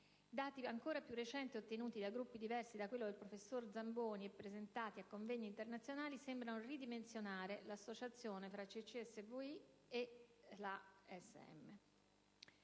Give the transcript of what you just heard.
dati ancora più recenti ottenuti da gruppi diversi da quello del professor Zamboni e presentati a convegni internazionali sembrano ridimensionare l'associazione tra CCSVI e la